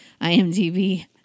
IMDb